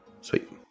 sweet